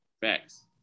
Facts